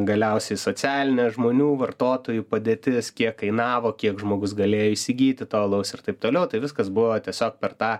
galiausiai socialinė žmonių vartotojų padėtis kiek kainavo kiek žmogus galėjo įsigyti to alaus ir taip toliau tai viskas buvo tiesiog per tą